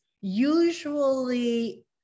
usually